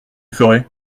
ferais